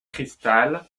cristal